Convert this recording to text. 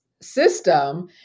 system